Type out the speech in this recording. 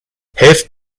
helft